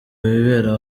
wibera